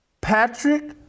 Patrick